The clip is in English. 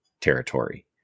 territory